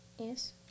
Yes